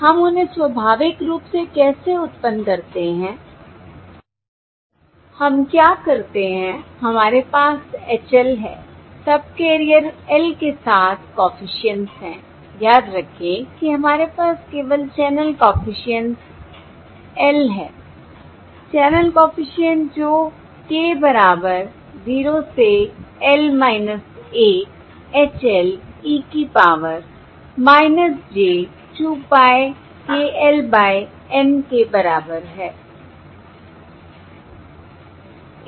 हम उन्हें स्वाभाविक रूप से कैसे उत्पन्न करते हैं हम क्या करते हैं हमारे पास H l है सबकैरियर l के साथ कॉफिशिएंट्स हैं याद रखें कि हमारे पास केवल चैनल कॉफिशिएंट्स l है l चैनल कॉफिशिएंट्स जो k बराबर 0 से l 1 H l e की power j 2 pie k l by N के बराबर है